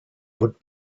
would